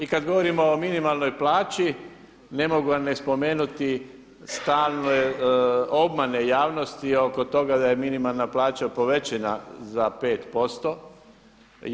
I kad govorimo o minimalnoj plaći ne mogu vam ne spomenuti stalne obmane javnosti oko toga da je minimalna plaća povećana za 5 posto.